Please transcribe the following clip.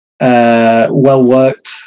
Well-worked